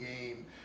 game